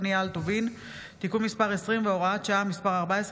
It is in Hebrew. קנייה על טובין (תיקון מס' 20 והוראת שעה מס' 14),